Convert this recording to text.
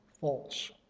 false